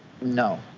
No